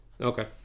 okay